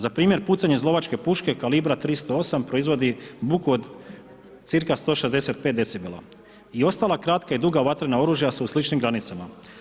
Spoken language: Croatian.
Za primjer, pucanje iz lovačke puške kalibra 308 proizvodi buku od cca 165 decibela i ostala kratka i duga vatrena oružja su u sličnim granicama.